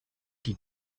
die